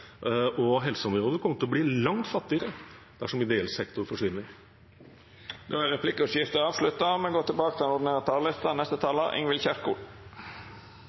og helseområdet kommer til å bli langt fattigere dersom ideell sektor forsvinner. Replikkordskiftet er avslutta.